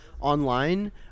online